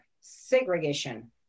Segregation